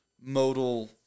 modal